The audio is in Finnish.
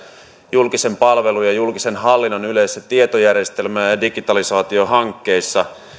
julkisen palvelun ja julkisen hallinnon yleisissä tietojärjestelmä ja digitalisaatiohankkeissa